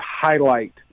highlight